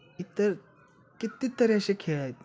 इतर किती तरी असे खेळ आहेत